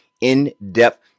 in-depth